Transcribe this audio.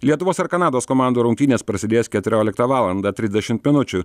lietuvos ar kanados komandų rungtynės prasidės keturioliktą valandą trisdešimt minučių